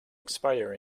expire